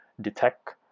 detect